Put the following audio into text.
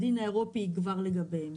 הדין האירופי יגבר לגביהם.